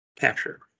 capture